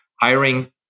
hiring